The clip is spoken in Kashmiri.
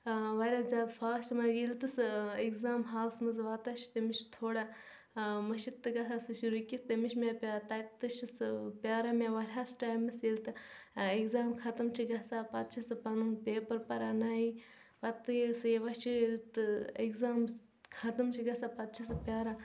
واریاہ زیادٕ فاسٹ مگر ییٚلہ تہٕ سُہ اٮ۪گزام ہالَس منٛز واتان چھِ تٔمِس چھِ تھوڑا مٔشِد تہٕ گَژھان سُہ چھِ رُکِتھ تٔمِس چھِ مےٚ پٮ۪وان تَتہِ چھِ سُہ پیٛاران مےٚ واریاہَس ٹایمَس ییٚلہِ تہٕ اٮ۪گزام ختم چھِ گَژھان پَتہٕ چھِ سُہ پَنُن پیپَر پَران نَے پَتہٕ تہٕ ییٚلہِ سُہ یِوان چھِ ییٚلہِ تہٕ اٮ۪گزامٕز ختم چھِ گَژھان پتہٕ چھِ سُہ پیٛاران